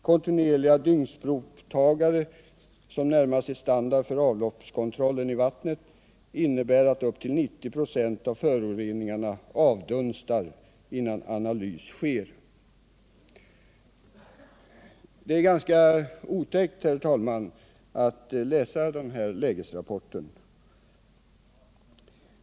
Kontinuerliga dygnsprovtagare, som närmast är standard för avloppskontrollen i vattnet, innebär att upp till 90 26 av föroreningarna avdunstar innan analys sker. Det är ganska otäckt, herr talman, att läsa denna lägesrapport.